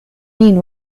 mean